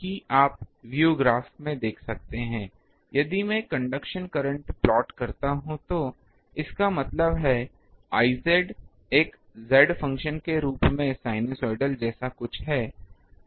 इसलिए कि आप व्यू ग्राफ में देख सकते हैं कि यदि मैं कंडक्शन करंट प्लॉट करता हूं तो इसका मतलब है I एक z फ़ंक्शन के रूप में यह साइनसोइडल जैसा कुछ है